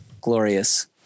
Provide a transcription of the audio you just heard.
glorious